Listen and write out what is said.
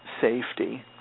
safety